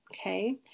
okay